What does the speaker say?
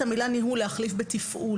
להחליף את המילה "ניהול" במילה "תפעול";